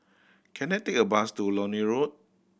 can I take a bus to Lornie Road